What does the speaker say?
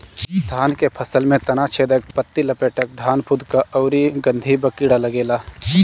धान के फसल में तना छेदक, पत्ति लपेटक, धान फुदका अउरी गंधीबग कीड़ा लागेला